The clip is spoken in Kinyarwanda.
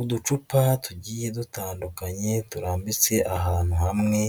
Uducupa tugiye dutandukanye turambitse ahantu hamwe